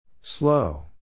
Slow